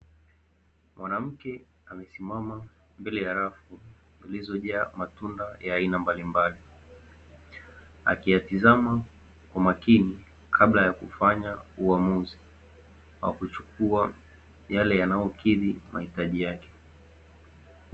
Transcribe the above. Mwanamke amesimama mbele ya rafu zilizojaa matunda ya aina mbalimbali, akiyatizama kwa makini kabla ya kufanya uamuzi wa kuchukua yale yanayokidhi mahitaji yake.